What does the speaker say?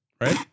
Right